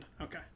Okay